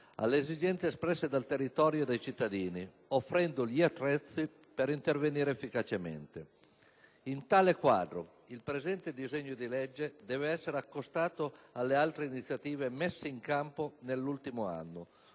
alle esigenze espresse dal territorio e dai cittadini, offrendo gli "attrezzi" per intervenire efficacemente. In tale quadro, il presente disegno di legge deve essere accostato alle altre iniziative messe in campo nell'ultimo anno